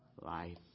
life